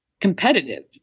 competitive